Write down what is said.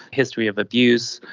history of abuse,